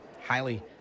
highly